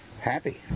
Happy